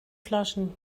flaschen